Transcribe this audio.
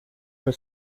for